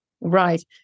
Right